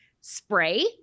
Spray